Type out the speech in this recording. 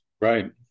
Right